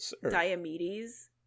Diomedes